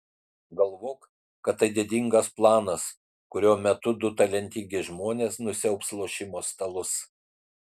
galvok kad tai didingas planas kurio metu du talentingi žmonės nusiaubs lošimo stalus